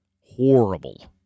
horrible